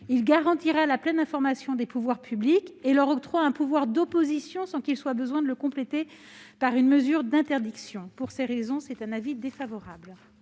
Il garantit la pleine information des pouvoirs publics et leur octroie un pouvoir d'opposition, sans qu'il soit besoin de le compléter par une mesure d'interdiction. Pour l'ensemble de ces raisons, la commission est défavorable